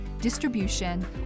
distribution